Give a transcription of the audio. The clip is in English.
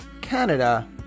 Canada